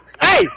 Hey